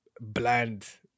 bland